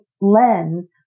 lens